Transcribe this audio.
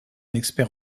expert